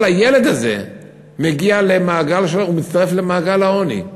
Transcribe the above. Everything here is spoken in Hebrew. הילד הזה מצטרף למעגל העוני.